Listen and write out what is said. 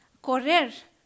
correr